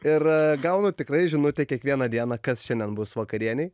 ir gaunu tikrai žinutę kiekvieną dieną kas šiandien bus vakarienei